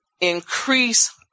increase